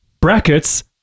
brackets